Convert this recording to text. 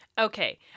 Okay